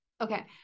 Okay